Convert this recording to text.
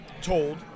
told